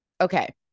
okay